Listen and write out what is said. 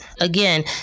again